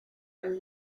and